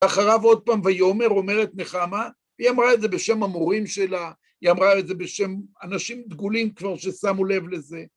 ואחריו עוד פעם, ויאמר, אומרת נחמה, היא אמרה את זה בשם המורים שלה, היא אמרה את זה בשם אנשים דגולים כבר ששמו לב לזה.